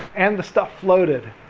and the stuff floated.